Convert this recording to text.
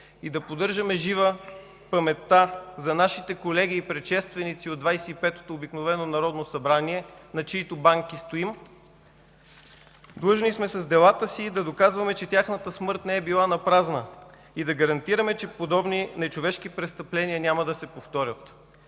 и да поддържаме жива паметта за нашите колеги и предшественици от Двадесет и петото обикновено народно събрание, на чиито банки стоим. Длъжни сме с делата си да доказваме, че тяхната смърт не е била напразна и да гарантираме, че подобни нечовешки престъпления няма да се повторят.